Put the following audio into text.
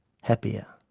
happier.